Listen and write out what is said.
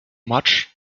much